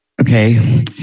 Okay